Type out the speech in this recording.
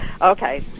Okay